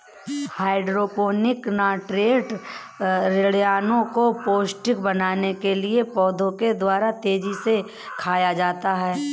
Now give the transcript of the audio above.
hydroponic nitrate ऋणायनों को protein बनाने के लिए पौधों द्वारा तेजी से खाया जाता है